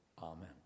Amen